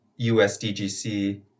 USDGC